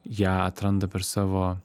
ją atranda per savo